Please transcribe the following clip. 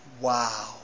Wow